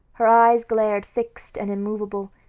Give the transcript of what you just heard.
her eyes glared fixed and immovable,